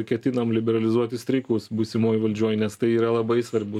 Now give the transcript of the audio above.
ketinam liberalizuoti streikus būsimoj valdžioj nes tai yra labai svarbu